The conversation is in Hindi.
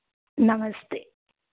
नमस्ते